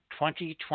2020